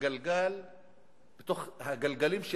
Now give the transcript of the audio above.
בגלגלים של